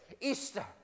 Easter